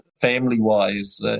family-wise